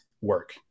work